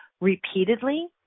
repeatedly